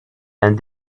and